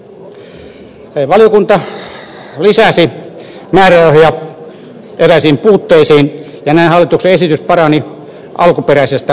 valiokunta lisäsi määrärahoja eräisiin puutteisiin ja näin hallituksen esitys parani alkuperäisestä esityksestä